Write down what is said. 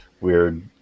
weird